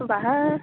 ᱵᱟᱦᱟ